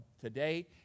today